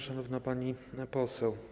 Szanowna Pani Poseł!